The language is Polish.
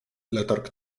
letarg